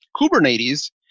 Kubernetes